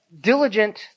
diligent